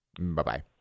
Bye-bye